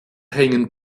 hängen